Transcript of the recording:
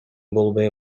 болбой